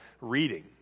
reading